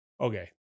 Okay